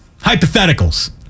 hypotheticals